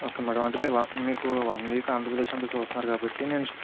okay madam అంటే మీకు one week Andhra Pradesh అంతా చూస్తున్నారు కాబట్టి నె